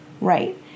right